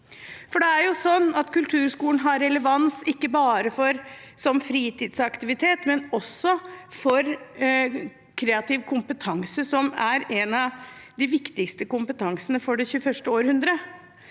Det er jo slik at kulturskolen har relevans ikke bare som fritidsaktivitet, men også for kreativ kompetanse, som er en av de viktigste kompetansene for det 21. århundre.